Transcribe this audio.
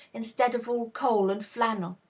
instead of all coal and flannel.